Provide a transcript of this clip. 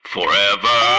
Forever